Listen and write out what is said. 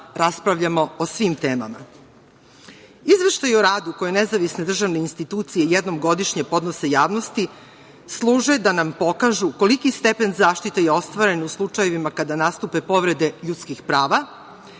raspravljamo o svim temama. Izveštaj o radu koji nezavisne državne institucije jednom godišnje podnose javnosti služe da nam pokažu koliki stepen zaštite je ostvaren u slučajevima kada nastupe povrede ljudskih prava. Ti